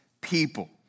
people